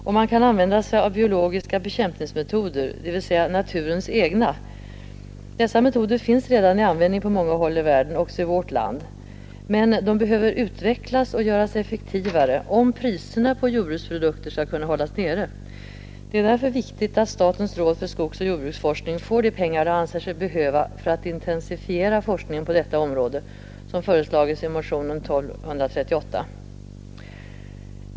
Och man kan använda sig av biologiska bekämpningsmetoder, dvs. naturens egna. Dessa metoder finns redan i användning på många håll i världen, också i vårt land. Men de behöver utvecklas och göras effektivare om priserna på jordbruksprodukter skall kunna hållas nere. Det är därför viktigt att statens råd för skogsoch jordbruksforskning får de pengar rådet anser sig behöva för att intensifiera forskningen på detta område, vilket föreslagits i motionen 1238.